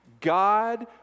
God